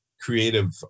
creative